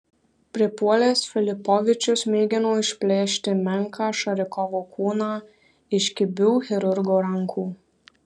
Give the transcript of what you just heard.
pripuolęs filipovičius mėgino išplėšti menką šarikovo kūną iš kibių chirurgo rankų